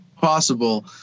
possible